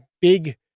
big